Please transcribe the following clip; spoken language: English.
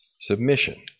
submission